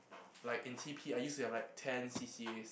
like in T_P I used to have like ten C_C_As